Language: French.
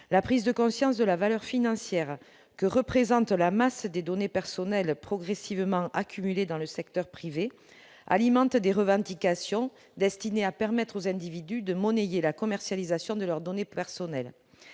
la prise de conscience de la valeur financière que représente la masse des données personnelles progressivement accumulées dans le secteur privé alimente des revendications destiné à permettre aux individus de monnayer la commercialisation de leurs données personnelles,